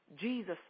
Jesus